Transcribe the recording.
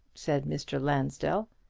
said mr. lansdell.